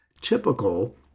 typical